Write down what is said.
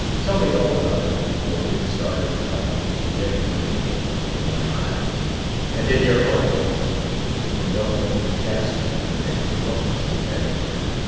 tell me all about it before the big stars in town begin to dim your people in my eyes and in your own and don't let them cast you for the next performance in january.